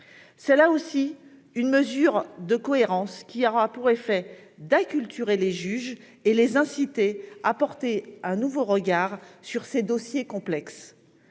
s'agit là encore d'une mesure de cohérence, qui aura pour effet d'acculturer les juges et de les inciter à porter un regard neuf sur ces dossiers complexes.